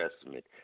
Testament